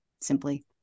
simply